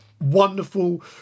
wonderful